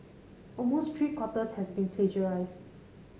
almost three quarters has been plagiarised